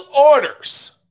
orders